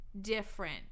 different